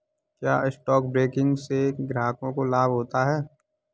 क्या stock broking से ग्राहक को लाभ होता है?